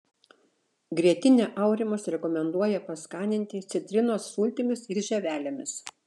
grietinę aurimas rekomenduoja paskaninti citrinos sultimis ir žievelėmis